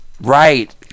Right